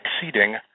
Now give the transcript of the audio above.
exceeding